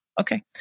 Okay